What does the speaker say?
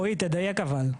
רואי, תדייק אבל.